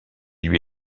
lui